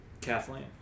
Kathleen